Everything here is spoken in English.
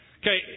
Okay